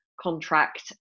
contract